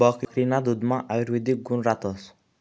बकरीना दुधमा आयुर्वेदिक गुण रातस